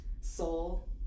Soul